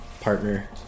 partner